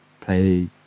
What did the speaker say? play